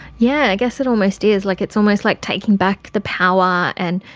yeah, i guess it almost is. like it's almost like taking back the power, and